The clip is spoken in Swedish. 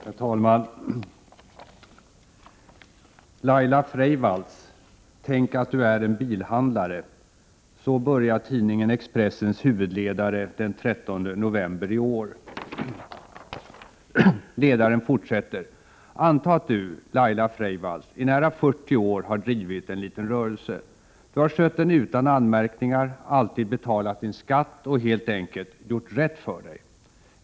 Herr talman! ”Laila Freivalds — tänk att du är en bilhandlare!”. Så börjar tidningen Expressens huvudledare den 13 november i år. Ledaren fortsätter: ”Antag att du — Laila Freivalds — i nära 40 år har drivit en liten rörelse. Du har skött den utan anmärkningar, alltid betalat din skatt och helt enkelt ”gjort rätt för dig”.